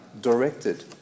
directed